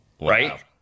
Right